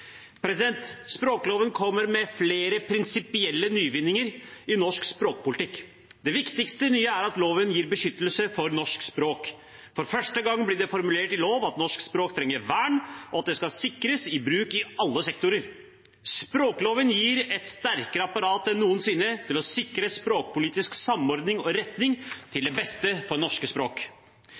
Språkloven kommer med flere prinsipielle nyvinninger i norsk språkpolitikk. Det viktigste nye er at loven gir beskyttelse for norsk språk. For første gang blir det formulert i lov at norsk språk trenger vern, og at det skal sikres i bruk i alle sektorer. Språkloven gir et sterkere apparat enn noensinne til å sikre språkpolitisk samordning og retning til beste for norsk språk. Norsk skal sikres som nasjonalt hovedspråk. Men norsk språk